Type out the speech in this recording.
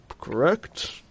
correct